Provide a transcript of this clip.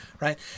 right